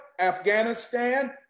Afghanistan